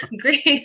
Great